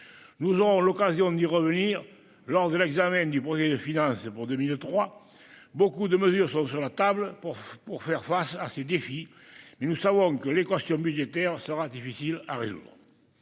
Nous aurons l'occasion d'y revenir lors de l'examen du projet de loi de finances pour 2023 : de nombreuses mesures sont mises sur la table afin de faire face à ces défis, mais nous savons que l'équation budgétaire sera difficile à résoudre.